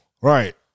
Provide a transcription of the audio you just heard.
Right